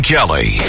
Kelly